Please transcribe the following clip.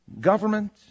government